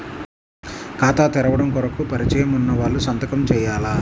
ఖాతా తెరవడం కొరకు పరిచయము వున్నవాళ్లు సంతకము చేయాలా?